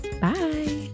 Bye